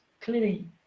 clearly